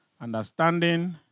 understanding